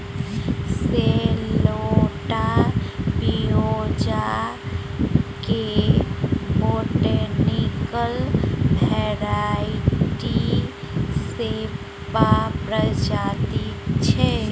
सैलोट पिओज केर botanical variety सेपा प्रजाति छै